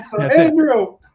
Andrew